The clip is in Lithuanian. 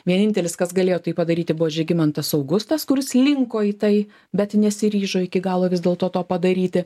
vienintelis kas galėjo tai padaryti buvo žygimantas augustas kuris linko į tai bet nesiryžo iki galo vis dėlto to padaryti